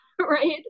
right